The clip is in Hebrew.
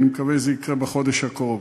אני מקווה שזה יקרה בחודש הקרוב.